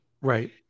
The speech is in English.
Right